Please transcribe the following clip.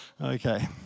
Okay